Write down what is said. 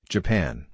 Japan